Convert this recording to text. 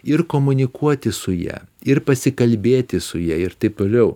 ir komunikuoti su ja ir pasikalbėti su ja ir taip toliau